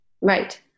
right